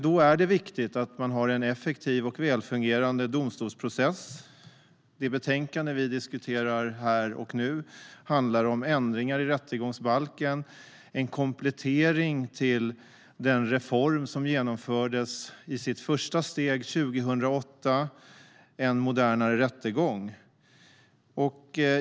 Då är det viktigt att man har en effektiv och välfungerande domstolsprocess. Det betänkande som vi diskuterar här och nu handlar om ändringar i rättegångsbalken, en komplettering till den reform som genomfördes i sitt första steg 2008, En modernare rättegång.